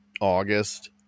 August